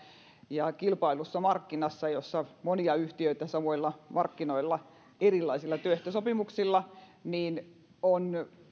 ja kilpaillussa markkinassa jossa on monia yhtiöitä samoilla markkinoilla erilaisilla työehtosopimuksilla niin on